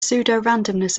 pseudorandomness